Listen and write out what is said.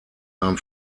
nahmen